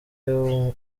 w’u